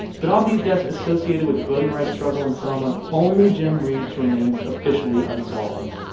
but of these deaths associated with the voting rights struggle in selma, only jim reebs' remains officially unsolved.